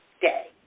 day